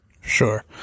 Sure